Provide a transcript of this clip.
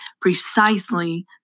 precisely